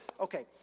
okay